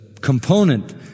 component